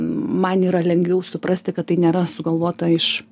man yra lengviau suprasti kad tai nėra sugalvota iš